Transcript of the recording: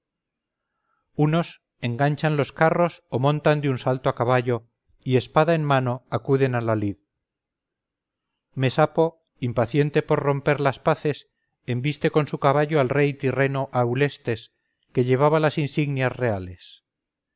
unos enganchan los carros o montan de un salto a caballo y espada en mano acuden a la lid mesapo impaciente por romper las paces embiste con su caballo al rey tirreno aulestes que llevaba las insignias reales